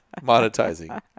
monetizing